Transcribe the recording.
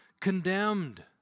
condemned